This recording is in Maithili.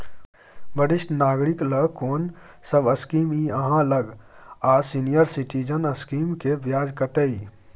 वरिष्ठ नागरिक ल कोन सब स्कीम इ आहाँ लग आ सीनियर सिटीजन स्कीम के ब्याज कत्ते इ?